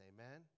Amen